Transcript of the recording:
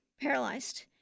paralyzed